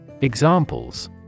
Examples